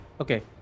Okay